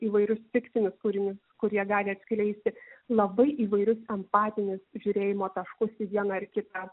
įvairius fikcinius kūrinius kurie gali atskleisti labai įvairius empatinius žiūrėjimo taškus į vieną ar į kitą